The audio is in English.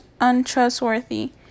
untrustworthy